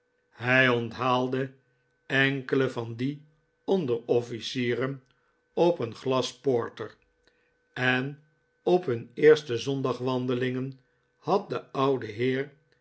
hij onthaalde enkele van die onderofflcieren op een glas porter en op hun eerste zondag wandelingen had de oude heer